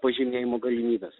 pažymėjimo galimybes